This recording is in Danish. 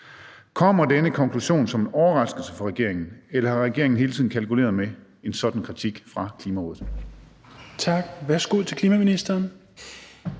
Kommer denne konklusion som en overraskelse for regeringen, eller har regeringen hele tiden kalkuleret med en sådan kritik fra Klimarådet?